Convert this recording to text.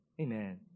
Amen